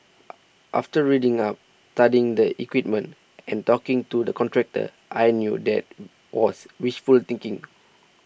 after reading up studying the equipment and talking to the contractor I knew that was wishful thinking